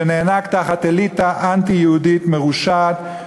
שנאנק תחת אליטה אנטי-יהודית מרושעת,